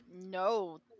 No